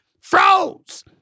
froze